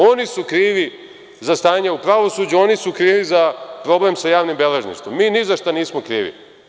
Oni su krivi za stanje u pravosuđu, oni su krivi za problem sa javnim beležništvom, mi ni za šta nismo krivi.